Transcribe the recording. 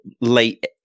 late